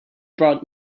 brought